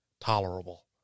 tolerable